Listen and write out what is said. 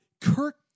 Kirk